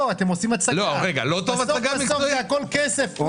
בסוף הכול הוא כסף.